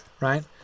right